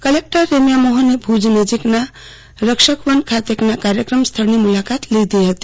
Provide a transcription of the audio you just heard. collector રૈચ્યા મોહને ભુજ નજીકના રક્ષાકવન ખાતેના કાર્યક્રમ સ્થળની મુલાકાત લીધી હતી